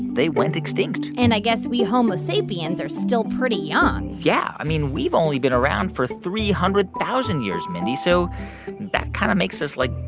they went extinct and i guess we homo sapiens are still pretty young yeah, i mean, we've only been around for three hundred thousand years, mindy. so that kind of makes us, like,